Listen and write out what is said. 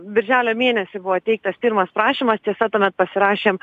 birželio mėnesį buvo teiktas pirmas prašymas tiesa tuomet pasirašėm